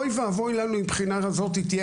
אוי ואבוי לנו אם הבחינה הזאת תהיה